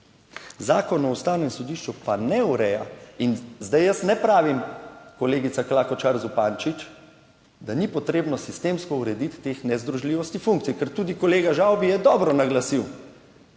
Zakon o Ustavnem sodišču pa ne ureja. In zdaj jaz ne pravim, kolegica Klakočar Zupančič, da ni potrebno sistemsko urediti teh nezdružljivosti funkcij, ker tudi kolega Žavbi je dobro naglasil,